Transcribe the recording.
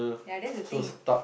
ya that's the thing